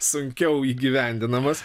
sunkiau įgyvendinamas